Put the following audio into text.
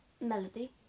Melody